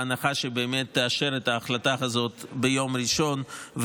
בהנחה שבאמת תאשר את ההחלטה הזאת ביום ראשון,